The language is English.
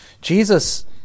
Jesus